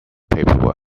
paperwork